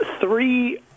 three